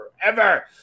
forever